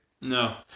No